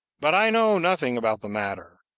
but i know nothing about the matter,